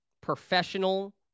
professional